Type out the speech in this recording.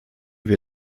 wir